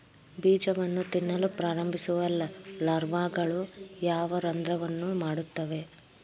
ಬೀಜವನ್ನು ತಿನ್ನಲು ಪ್ರಾರಂಭಿಸುವ ಲಾರ್ವಾಗಳು ಯಾವ ರಂಧ್ರವನ್ನು ಮಾಡುತ್ತವೆ?